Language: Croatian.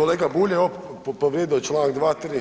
Kolega Bulj je povrijedio čl. 23,